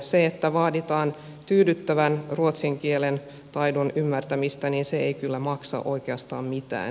se että vaaditaan tyydyttävää ruotsin kielen taitoa ei kyllä maksa oikeastaan mitään